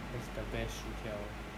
makes the best 薯条